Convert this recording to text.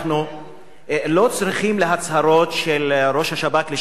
לא צריכים את ההצהרות של ראש השב"כ לשעבר דיסקין